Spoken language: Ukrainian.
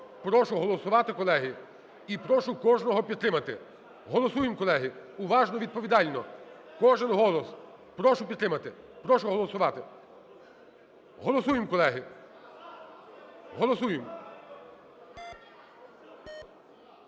Прошу голосувати, колеги, і прошу кожного підтримати. Голосуємо, колеги, уважно, відповідально. Кожен голос, прошу підтримати, прошу голосувати. Голосуємо, колеги. Голосуємо.